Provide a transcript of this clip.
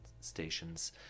stations